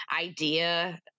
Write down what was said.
idea